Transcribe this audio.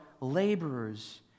laborers